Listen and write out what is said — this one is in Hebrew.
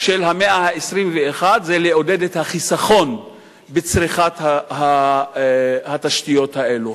של המאה ה-21 זה לעודד את החיסכון בצריכת התשתיות האלו.